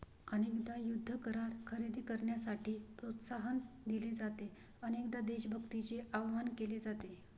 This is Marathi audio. अनेकदा युद्ध करार खरेदी करण्यासाठी प्रोत्साहन दिले जाते, अनेकदा देशभक्तीचे आवाहन केले जाते